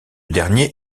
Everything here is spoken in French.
dernier